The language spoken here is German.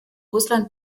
russland